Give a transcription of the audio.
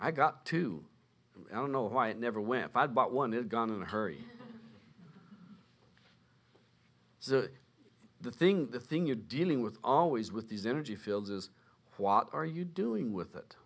i got to i don't know why it never win five but one is gone in a hurry so the think the thing you're dealing with always with these energy fields is wot are you doing with it